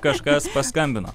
kažkas paskambino